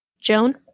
Joan